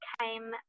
came